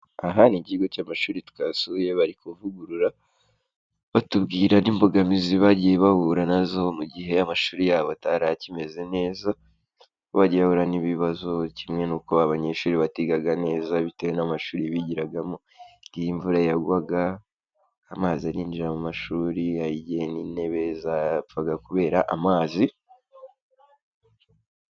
Aha ni ikigo cy'amashuri twasuye bari kuvugurura, batubwira n'imbogamizi bagiye bahura nazo mu gihe amashuri yabo atari akimeze neza, bagiye bahura n'ibibazo kimwe n'uko abanyeshuri batigaga neza bitewe n'amashuri bigiragamo, igihe imvura yagwaga, amazi arinjira mu mashuri hari igihe n'intebe zapfaga kubera amazi.